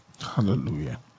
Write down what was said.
Hallelujah